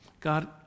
God